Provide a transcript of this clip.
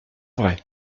vrai